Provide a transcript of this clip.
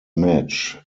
match